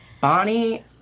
Bonnie